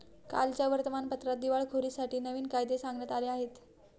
कालच्या वर्तमानपत्रात दिवाळखोरीसाठी नवीन कायदे सांगण्यात आले आहेत